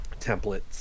templates